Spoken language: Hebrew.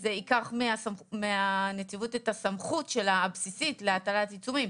זה ייקח מהנציבות את הסמכות הבסיסית שלה להטלת עיצומים.